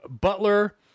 Butler